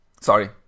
Sorry